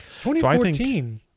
2014